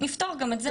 נפתור גם את זה.